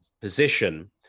position